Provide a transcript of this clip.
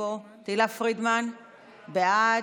פרידמן בעד,